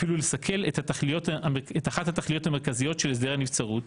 ואפילו לסכל את אחת התכליות המרכזיות של הנבצרות